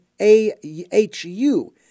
A-H-U